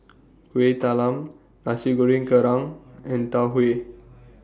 Kueh Talam Nasi Goreng Kerang and Tau Huay